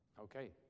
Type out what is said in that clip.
okay